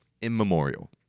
immemorial